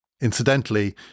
Incidentally